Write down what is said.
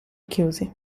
chiusi